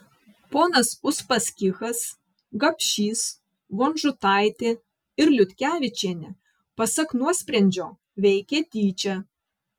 ponas uspaskichas gapšys vonžutaitė ir liutkevičienė pasak nuosprendžio veikė tyčia